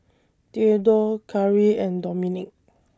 Theadore Khari and Dominik